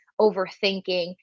overthinking